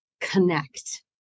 connect